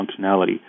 functionality